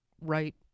right